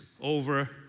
over